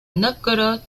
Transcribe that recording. nóvgorod